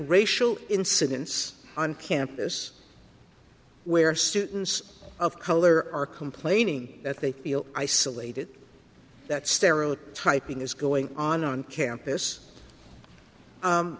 racial incidents on campus where students of color are complaining that they feel isolated that stereotyping is going on on campus